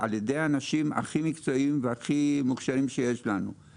על כך שאתם באמת נמצאים שם יום יום שעה